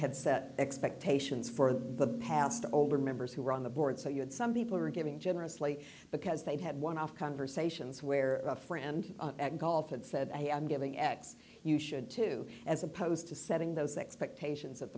had set expectations for the past the older members who were on the board so you had some people who are giving generously because they've had one off conversations where a friend at golf and said hey i'm giving x you should too as opposed to setting those expectations at